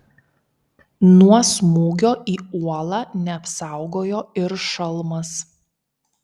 nuo smūgio į uolą neapsaugojo ir šalmas